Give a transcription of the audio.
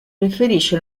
preferisce